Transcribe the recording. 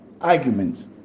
arguments